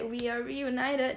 we are reunited